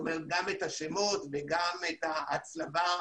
גם את השמות וגם את ההצלבה,